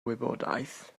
wybodaeth